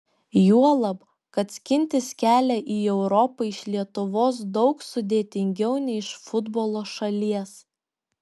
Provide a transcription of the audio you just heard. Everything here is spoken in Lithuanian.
juolab kad skintis kelią į europą iš lietuvos daug sudėtingiau nei iš futbolo šalies